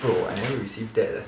bro I never receive that leh